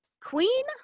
Queen